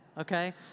okay